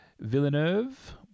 Villeneuve